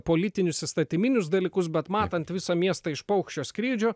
politinius įstatyminius dalykus bet matant visą miestą iš paukščio skrydžio